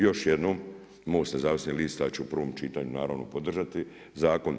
Još jednom MOST nezavisnih lista u prvom čitanju će naravno podržati zakon.